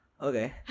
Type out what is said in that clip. Okay